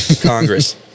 Congress